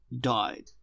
died